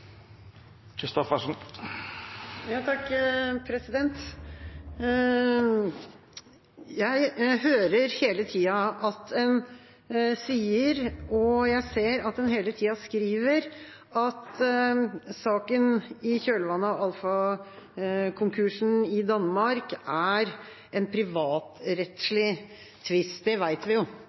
Jeg hører at en hele tida sier, og jeg ser at en hele tida skriver at saken i kjølvannet av Alpha-konkursen i Danmark er en privatrettslig tvist. Det vet vi,